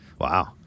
Wow